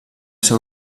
ser